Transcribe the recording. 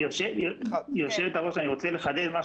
אני רוצה לחדד.